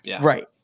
right